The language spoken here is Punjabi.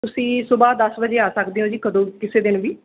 ਤੁਸੀਂ ਸੁਭਾ ਦਸ ਵਜੇ ਆ ਸਕਦੇ ਹੋ ਜੀ ਕਦੋਂ ਕਿਸੇ ਦਿਨ ਵੀ